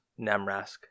Namrask